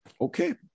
okay